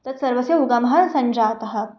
तत्सर्वस्य उगमः सञ्जातः